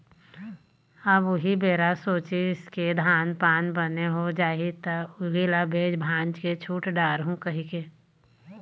अब उही बेरा सोचिस के धान पान बने हो जाही त उही ल बेच भांज के छुट डारहूँ कहिके